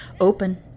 Open